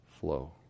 flow